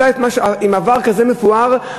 עם עבר כזה מפואר,